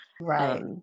right